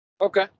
Okay